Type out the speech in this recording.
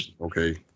okay